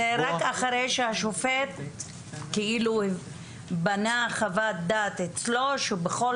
אבל זה רק אחרי שהשופט בנה חוות דעת אצלו שהוא בכל